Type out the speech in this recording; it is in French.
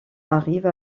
arrive